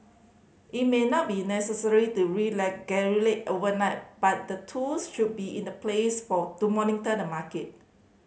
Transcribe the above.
it may not be necessary to overnight but the tools should be in the place for to monitor the market